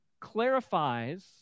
clarifies